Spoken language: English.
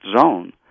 zone